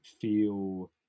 feel